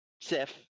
sif